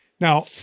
Now